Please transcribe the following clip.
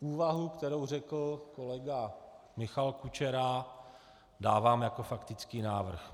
Úvahu, kterou řekl kolega Michal Kučera, dávám jako faktický návrh.